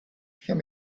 can